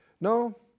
No